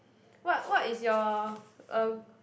what what is your uh